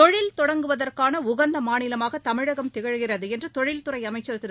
தொழில் தொடங்குவதற்கானஉகந்தமாநிலமாகதமிழகம் திகழ்கிறதுஎன்றுதொழில்துறைஅமைச்சர் திரு